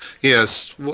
Yes